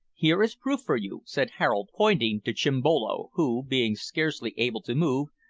here is proof for you, said harold, pointing to chimbolo, who, being scarcely able to move,